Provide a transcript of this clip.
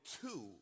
two